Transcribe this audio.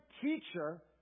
teacher